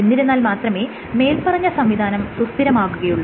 എന്നിരുന്നാൽ മാത്രമേ മേല്പറഞ്ഞ സംവിധാനം സുസ്ഥിരമാകുകയുള്ളൂ